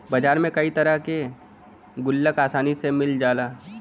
बाजार में कई तरे के गुल्लक आसानी से मिल जाला